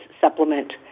supplement